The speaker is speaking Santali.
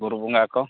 ᱵᱩᱨᱩ ᱵᱚᱸᱜᱟ ᱠᱚ